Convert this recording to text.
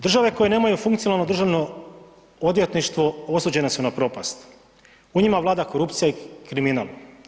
Države koje nemaju funkcionalno državno odvjetništvo osuđene su na propast u njima vlada korupcija i kriminal.